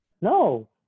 No